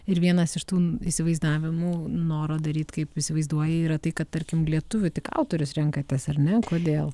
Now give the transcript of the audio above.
ir vienas iš tų įsivaizdavimų noro daryt kaip įsivaizduoji yra tai kad tarkim lietuvių tik autorius renkatės ar ne kodėl